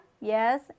yes